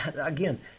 again